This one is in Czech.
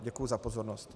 Děkuji za pozornost.